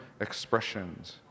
expressions